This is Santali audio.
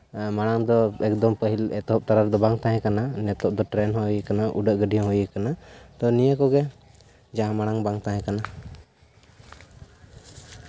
ᱢᱟᱲᱟᱝ ᱫᱚ ᱮᱠᱫᱚᱢ ᱯᱟᱹᱦᱤᱞ ᱮᱛᱚᱦᱚᱵ ᱛᱚᱨᱟ ᱨᱮᱫᱚ ᱵᱟᱝ ᱛᱟᱦᱮᱸ ᱟᱠᱟᱱᱟ ᱱᱤᱛᱚᱜ ᱫᱚ ᱴᱨᱮᱹᱱ ᱦᱚᱸ ᱦᱩᱭ ᱠᱟᱱᱟ ᱩᱰᱟᱹᱜ ᱜᱟᱹᱰᱤ ᱦᱚᱸ ᱦᱩᱭ ᱠᱟᱱᱟ ᱛᱚ ᱱᱤᱭᱟᱹ ᱠᱚᱜᱮ ᱡᱟᱦᱟᱸ ᱢᱟᱲᱟᱝ ᱵᱟᱝ ᱛᱟᱦᱮᱸ ᱠᱟᱱᱟ